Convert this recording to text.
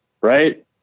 right